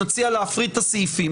נציע להפריד את הסעיפים.